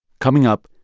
coming up,